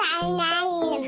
hello.